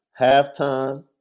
halftime